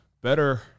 better